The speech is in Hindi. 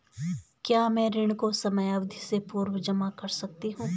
क्या मैं ऋण को समयावधि से पूर्व जमा कर सकती हूँ?